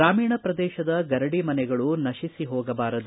ಗ್ರಾಮೀಣ ಪ್ರದೇಶದ ಗರಡಿ ಮನೆಗಳು ನತಿಸಿ ಹೋಗಬಾರದು